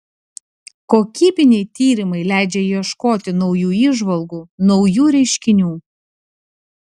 kokybiniai tyrimai leidžia ieškoti naujų įžvalgų naujų reiškinių